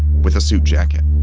with a suit jacket.